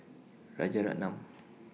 Rajaratnam